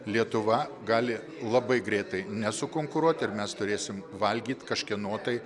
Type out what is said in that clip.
lietuva gali labai greitai nesukonkuruoti ir mes turėsim valgyt kažkieno tai